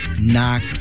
Knock